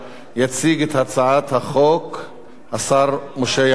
יציג את הצעת החוק השר משה יעלון.